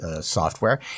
software